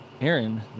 Aaron